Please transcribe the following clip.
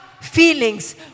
feelings